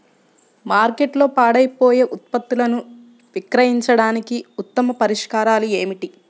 మార్కెట్లో పాడైపోయే ఉత్పత్తులను విక్రయించడానికి ఉత్తమ పరిష్కారాలు ఏమిటి?